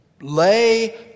lay